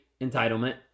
entitlement